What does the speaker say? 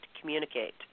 communicate